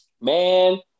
Man